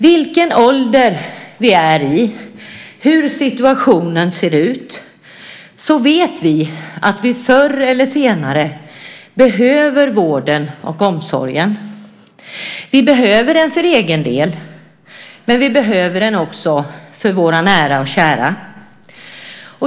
Vilken ålder vi än är i och hur situationen än ser ut vet vi att vi förr eller senare behöver vården och omsorgen. Vi behöver den för egen del, men vi behöver den också för våra nära och kära.